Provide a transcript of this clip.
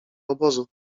obozu